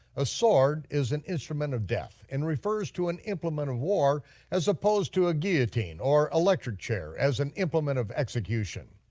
a sword is an instrument of death, and refers to an implement of war as opposed to a guillotine or electric chair as an implement of execution.